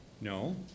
No